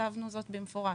כתבנו זאת במפורש.